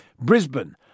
Brisbane